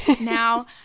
Now